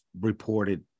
reported